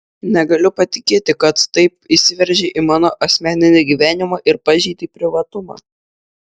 negaliu patikėti kad taip įsiveržei į mano asmeninį gyvenimą ir pažeidei privatumą